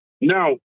Now